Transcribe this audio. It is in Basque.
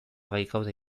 baikaude